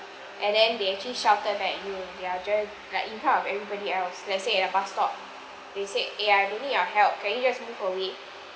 and then they actually shouted back at you they're ju~ like in front of everybody else let's say at bus stop they said eh I don't need your help can you just move away